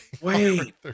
wait